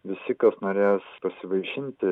visi kas norės pasivaišinti